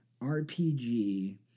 RPG